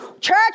Church